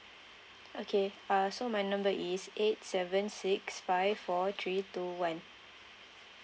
okay uh so my number is eight seven six five four three two one